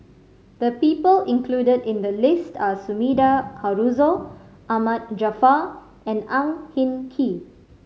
the people included in the list are Sumida Haruzo Ahmad Jaafar and Ang Hin Kee